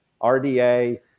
RDA